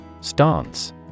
Stance